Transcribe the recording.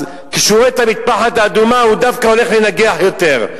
אז כשהוא רואה את המטפחת האדומה הוא דווקא הולך לנגח יותר.